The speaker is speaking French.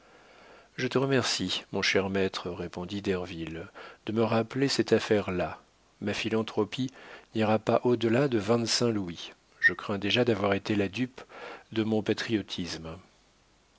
je te remercie mon cher maître répondit derville de me rappeler cette affaire-là ma philanthropie n'ira pas au delà de vingt-cinq louis je crains déjà d'avoir été la dupe de mon patriotisme